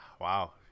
wow